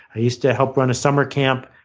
i used to help run a summer camp.